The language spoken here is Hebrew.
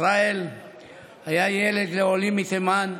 ישראל היה ילד לעולים מתימן,